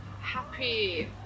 happy